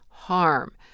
harm